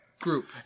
group